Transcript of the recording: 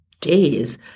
days